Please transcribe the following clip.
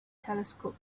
telescope